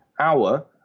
hour